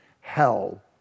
hell